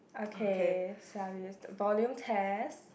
okay so I will be just volume test